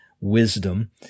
wisdom